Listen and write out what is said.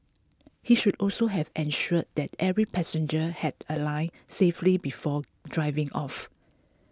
he should also have ensured that every passenger had alighted safely before driving off